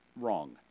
wrong